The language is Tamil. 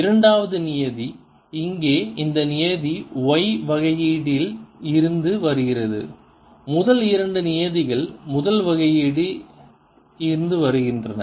இரண்டாவது நியதி இங்கே இந்த நியதி y வகையீடு இல் இருந்து வருகிறது முதல் இரண்டு நியதிகள் முதல் வகையீடு இல் இருந்து வருகின்றன